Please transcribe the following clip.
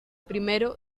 primero